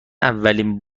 اولین